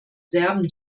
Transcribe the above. serben